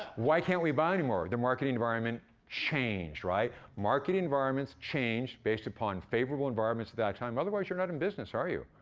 why can't we buy anymore? the marketing environment changed, right? marketing environments change based upon favorable environments at that time, otherwise you're not in business, are you?